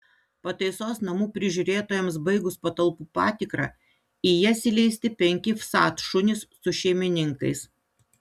pataisos namų prižiūrėtojams baigus patalpų patikrą į jas įleisti penki vsat šunys su šeimininkais